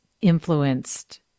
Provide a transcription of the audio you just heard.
influenced